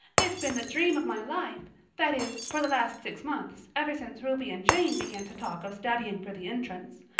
it's been the dream of my life that is, for the last six months, ever since ruby and jane began to talk of studying for the entrance.